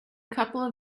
couple